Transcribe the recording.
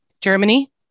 Germany